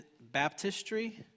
baptistry